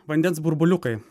vandens burbuliukai